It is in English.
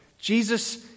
Jesus